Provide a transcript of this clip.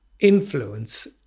influence